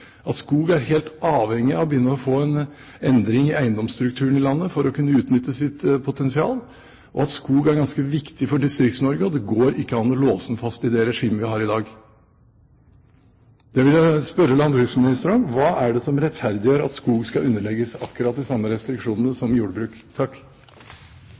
at skog er helt avhengig av å få en endring i eiendomsstrukturen i landet for å kunne utnytte sitt potensial, og at skog er ganske viktig for Distrikts-Norge, og det går ikke an å låse den fast i det regimet vi har i dag. Det vil jeg spørre landbruksministeren om: Hva er det som rettferdiggjør at skog skal underlegges akkurat de samme restriksjonene